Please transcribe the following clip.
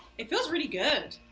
it feels really good,